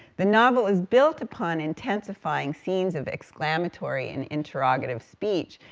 the novel is built upon intensifying scenes of exclamatory and interrogative speech,